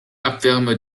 abwärme